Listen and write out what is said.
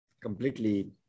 completely